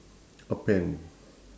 a pen